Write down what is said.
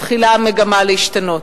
מתחילה המגמה להשתנות.